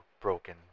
broken